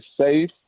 safe